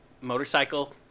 motorcycle